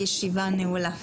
הישיבה נעולה.